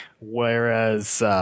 Whereas